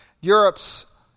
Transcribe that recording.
Europe's